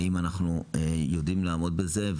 האם אנחנו יודעים לעמוד בזה?